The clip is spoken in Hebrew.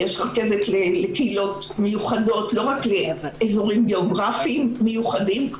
יש רכזת לקהילות מיוחדות ולא רק לאזורים גיאוגרפים מיוחדים,